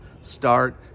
start